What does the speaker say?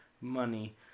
money